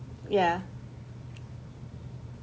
ya